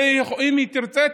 ואם היא תרצה,